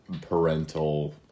parental